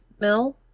mill